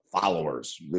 followers